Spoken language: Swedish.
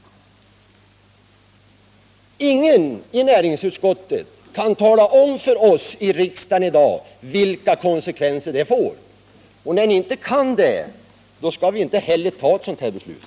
Ingen i näringsutskottet kan i dag tala om för oss i riksdagen vilka konsekvenser det får. När utskottet inte kan det, skall vi inte fatta ett sådant här beslut.